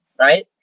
Right